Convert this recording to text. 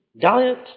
Diet